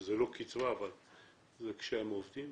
שזה לא קצבה אבל זה כשהם עובדים.